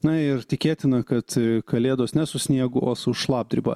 na ir tikėtina kad kalėdos ne su sniegu o su šlapdriba